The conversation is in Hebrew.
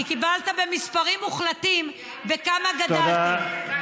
כי קיבלת במספרים מוחלטים בכמה גדלתם,